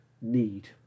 need